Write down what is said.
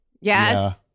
Yes